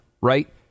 right